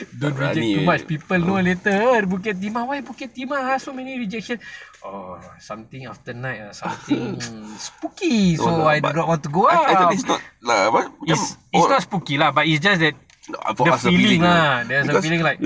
don't reject too much people know later bukit timah why bukit timah ah so many rejection oh something after night ah something spooky so I don't not want to go up it's it's not spooky lah it's just that the feeling ah there's a feeling like